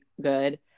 good